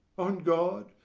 on god,